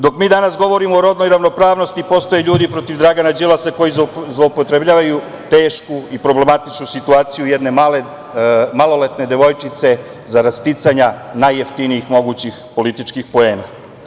Dok mi danas govorimo o rodnoj ravnopravnosti postoje ljudi protiv Dragana Đilasa koji zloupotrebljavaju tešku i problematičnu situaciju jedne maloletne devojčice zarad sticanja najjeftinijih mogućih političkih poena.